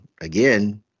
again